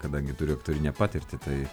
kadangi turiu aktorinę patirtį tai